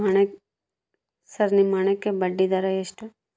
Sir ನಿಮ್ಮ ಹಣಕ್ಕೆ ಬಡ್ಡಿದರ ಎಷ್ಟು?